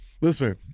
listen